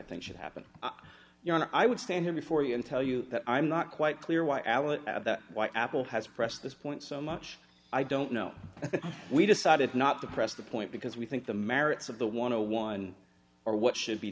think should happen you know i would stand before you and tell you that i'm not quite clear why alan why apple has pressed this point so much i don't know we decided not to press the point because we think the merits of the want to one or what should be